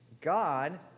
God